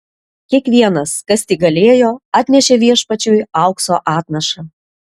kiekvienas kas tik galėjo atnešė viešpačiui aukso atnašą